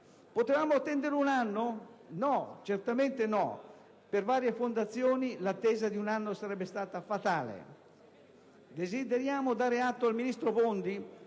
Potevamo attendere un anno? Certamente no: per varie fondazioni l'attesa di un anno sarebbe stata fatale. Desideriamo dare atto al ministro Bondi,